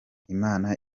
imana